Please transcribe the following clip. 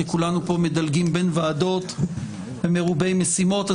כי כולנו פה מדלגים בין ועדות ומרובי משימות,